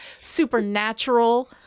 supernatural